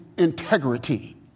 integrity